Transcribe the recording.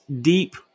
deep